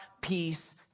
peace